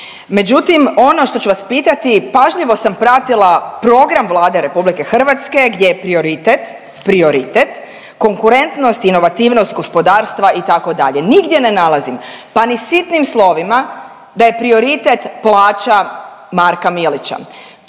Međutim ono što ću vas pitati pažljivo sam pratila program Vlade RH gdje je prioritet, prioritet konkurentnost, inovativnost gospodarstva itd. Nigdje ne nalazim pa ni sitnim slovima da je prioritet plaća Marka Milića.